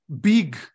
big